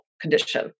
condition